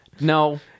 no